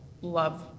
love